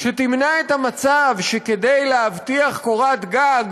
שתמנע את המצב שכדי להבטיח קורת גג,